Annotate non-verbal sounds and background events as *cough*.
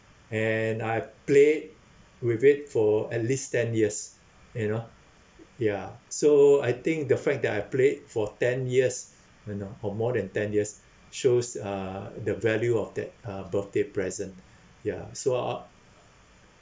and I played with it for at least ten years you know ya so I think the fact that I play it for ten years you know or more than ten years shows uh the value of that uh birthday present *breath* ya so I